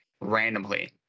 randomly